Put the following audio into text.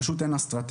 פשוט אין אסטרטגיה.